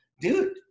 dude